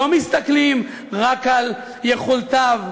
לא מסתכלים רק על יכולותיו,